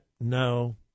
No